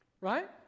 Right